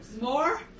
More